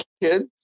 kids